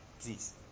Please